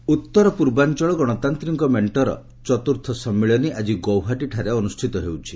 ଆସାମ୍ ଉତ୍ତର ପୂର୍ବାଞ୍ଚଳ ଗଣତାନ୍ତିକ ମେଷ୍ଟର ଚତୁର୍ଥ ସମ୍ମିଳନୀ ଆଜି ଗୌହାଟୀଠାରେ ଅନୁଷ୍ଠିତ ହେଉଛି